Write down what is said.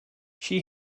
she